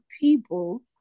people